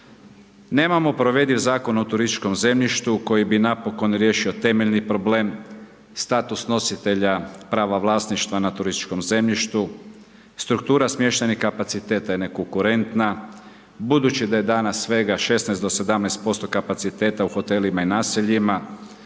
Nemamo provediv Zakon o turističkom zemljištu koji bi napokon riješio temeljni problem, status nositelja prava vlasništva na turističkom zemljištu, struktura smještajnih kapaciteta je nekonkurentna. Budući da je danas svega 16 do 17% kapaciteta u hotelima i naseljima,